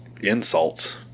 insults